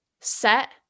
set